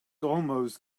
almost